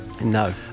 No